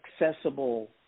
accessible